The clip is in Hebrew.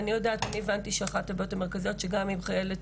אני יודעת וממה שהבנתי אחת הבעיות המרכזיות היא שגם אם חיילת